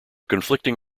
conflicting